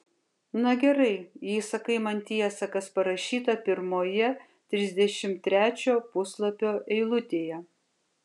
na gerai jei sakai man tiesą kas parašyta pirmoje trisdešimt trečio puslapio eilutėje